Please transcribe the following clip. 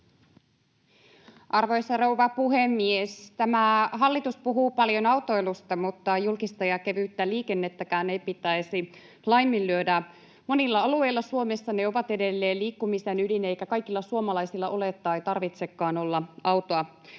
Arvoisa rouva puhemies! Tämä hallitus puhuu paljon autoilusta, mutta julkista ja kevyttä liikennettäkään ei pitäisi laiminlyödä. Monilla alueilla Suomessa ne ovat edelleen liikkumisen ydin, eikä kaikilla suomalaisilla ole tai tarvitsekaan olla autoa.